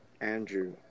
Andrew